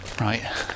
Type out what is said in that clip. Right